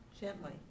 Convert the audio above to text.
Gently